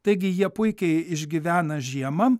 taigi jie puikiai išgyvena žiemą